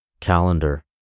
calendar